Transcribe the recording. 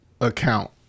account